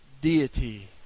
deity